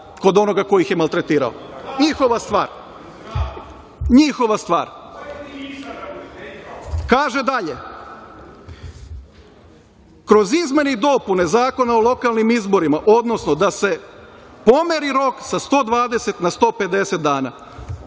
kod onoga ko ih je maltretirao. Njihova stvar. Kaže dalje. Kroz izmene i dopune Zakona o lokalnim izborima, odnosno da se pomeri rok sa 120 na 150 dana.